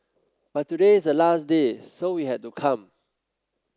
but today is the last day so we had to come